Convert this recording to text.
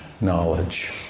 knowledge